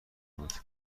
بود